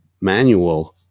manual